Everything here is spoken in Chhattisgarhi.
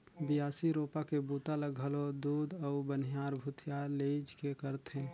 बियासी, रोपा के बूता ल घलो खुद अउ बनिहार भूथिहार लेइज के करथे